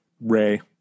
Ray